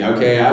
Okay